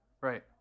Right